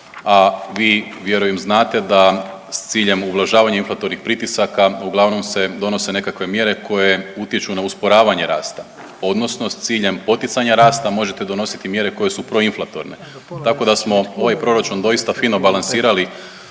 A vi vjerujem znate da s ciljem ublažavanja inflatornih pritisaka uglavnom se donose nekakve mjere koje utječu na usporavanje rasta, odnosno s ciljem poticanja rasta možete donositi mjere koje su proinflatorne. Tako da smo ovaj proračun doista fino balansirali